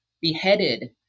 beheaded